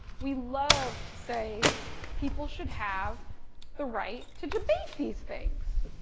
we love to say people should have the right to debate these things.